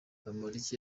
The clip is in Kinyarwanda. bamporiki